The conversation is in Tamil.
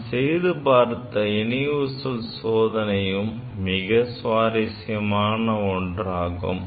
நாம் செய்து பார்த்த இணை ஊசல் சோதனையும் மிக சுவாரஸ்யமான ஒன்றாகும்